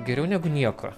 geriau negu nieko